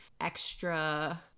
extra